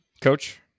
Coach